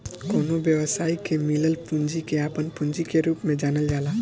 कवनो व्यवसायी के से मिलल पूंजी के आपन पूंजी के रूप में जानल जाला